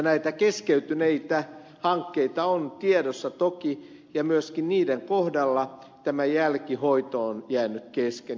näitä keskeytyneitä hankkeita on tiedossa toki ja myöskin niiden kohdalla tämä jälkihoito on jäänyt kesken